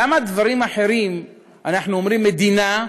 למה בדברים אחרים אנחנו אומרים מדינה,